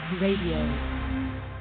Radio